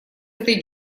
этой